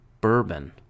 bourbon